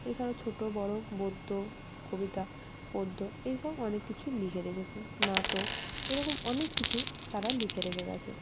এছাড়া ছোট বড় গদ্য কবিতা পদ্য এই সব অনেক কিছু লিখে রেখেছে নাটক এরকম অনেক কিছু তারা লিখে রেখে গিয়েছে